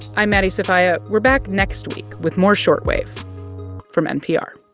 i'm maddie sofia. we're back next week with more short wave from npr